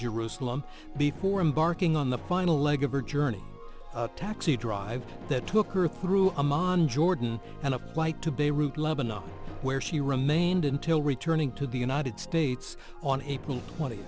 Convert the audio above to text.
jerusalem before embarking on the final leg of her journey a taxi driver that took her through amman jordan and a flight to beirut lebanon where she remained until returning to the united states on april twenty